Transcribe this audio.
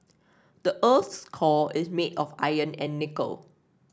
the earth's core is made of iron and nickel